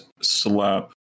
slap